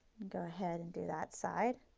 go ahead and do that side.